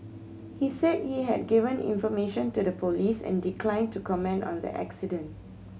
he said he had given information to the police and declined to comment on the accident